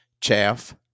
chaff